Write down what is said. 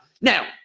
Now